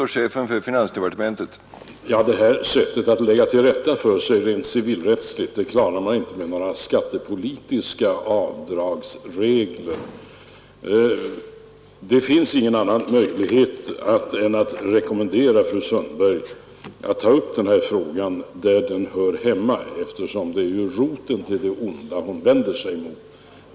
Herr talman! Detta sätt att lägga till rätta för sig rent civilrättsligt klarar man inte att korrigera med skattepolitiska avdragsregler. Här finns det ingen annan möjlighet än att rekommendera fru Sundberg att ta upp denna fråga där den hör hemma, eftersom det ju är roten till det onda som fru Sundberg vänder sig mot.